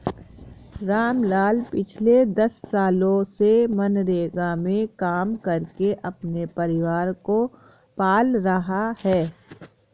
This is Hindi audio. रामलाल पिछले दस सालों से मनरेगा में काम करके अपने परिवार को पाल रहा है